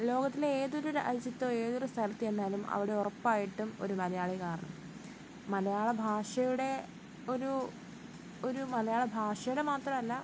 ലോകത്തിലേതൊരു രാജ്യത്തോ ഏതൊരു സ്ഥലത്തോ ചെന്നാലും അവിടെ ഉറപ്പായിട്ടും ഒരു മലയാളി കാണും മലയാള ഭാഷയുടെ ഒരു ഒരു മലയാള ഭാഷയുടെ മാത്രമല്ല